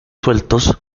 sueltos